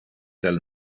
del